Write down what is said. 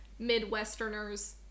Midwesterners